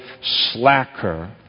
slacker